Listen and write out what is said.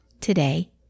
today